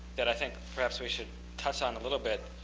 that i think perhaps we should touch on a little bit